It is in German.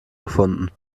gefunden